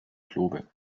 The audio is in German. globe